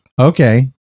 Okay